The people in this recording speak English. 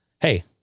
Hey